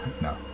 No